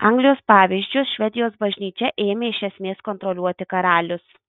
anglijos pavyzdžiu švedijos bažnyčią ėmė iš esmės kontroliuoti karalius